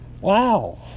Wow